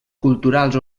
culturals